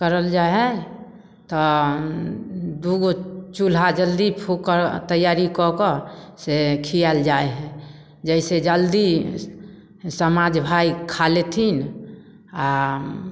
करल जाइ हइ तऽ दुइगो चुल्हा जल्दी फुकल तैआरी कऽ कऽ खिआएल जाइ हइ जइसे जल्दी समाज भाइ खा लेथिन आओर